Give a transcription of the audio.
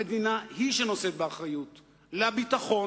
המדינה היא שנושאת באחריות לביטחון,